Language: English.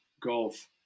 golf